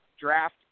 Draft